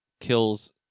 kills